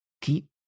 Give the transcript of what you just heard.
Keep